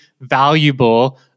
valuable